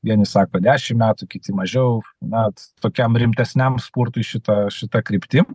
vieni sako dešim metų kiti mažiau bet tokiam rimtesniam sportui šita šita kryptim